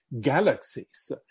galaxies